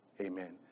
Amen